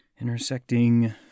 intersecting